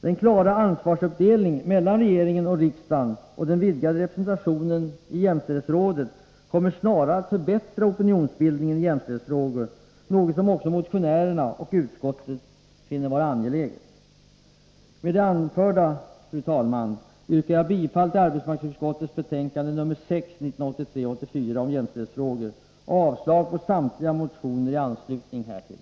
Den klara ansvarsuppdelningen mellan regeringen och riksdagen och den vidgade representationen i jämställdhetsrådet kommer snarare att förbättra opinionsbildningen i jämställdhetsfrågor, något som både motionären och utskottet finner vara angeläget. Med det anförda, fru talman, yrkar jag bifall till arbetsmarknadsutskottets hemställan i betänkande nr 6 om jämställdhetsfrågor och avslag på samtliga motioner i anslutning härtill.